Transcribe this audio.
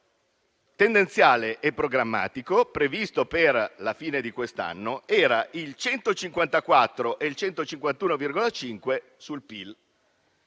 pubblico tendenziale e programmatico previsto per la fine di quest'anno era il 154 e il 151,5 sul PIL;